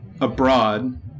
abroad